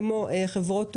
כמו חברות תעופה,